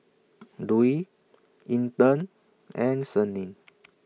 Dwi Intan and Senin